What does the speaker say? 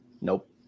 Nope